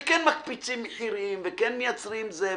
שכן מקפיצים מחירים וכן מייצרים את זה,